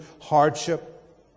hardship